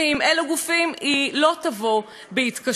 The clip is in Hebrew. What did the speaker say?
ועם אילו גופים היא לא תבוא בהתקשרות.